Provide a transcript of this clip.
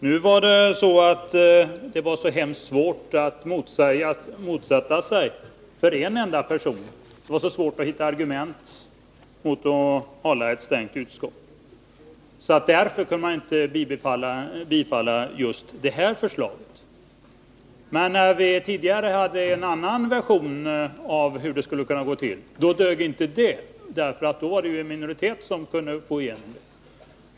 Nu säger man att det skulle vara så hemskt svårt för en enda person att hitta argument för att hålla utskottet stängt, så därför kan man inte bifalla förslaget att offentlig utfrågning skall få anordnas av ett enigt utskott. När vi tidigare hade en annan version av hur det skulle kunna gå till så dög inte det, därför att då kunde en minoritet få igenom att utfrågningen skulle vara offentlig.